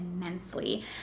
immensely